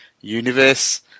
universe